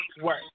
work